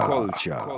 Culture